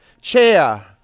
Chair